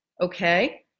Okay